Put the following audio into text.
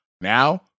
now